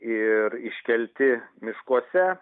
ir iškelti miškuose